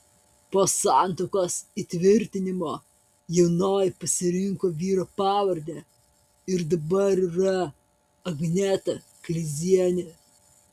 po santuokos įtvirtinimo jaunoji pasirinko vyro pavardę ir dabar yra agneta kleizienė